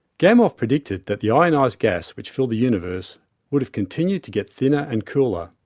gamov predicted that the ionised gas which filled the universe would have continued to get thinner, and cooler.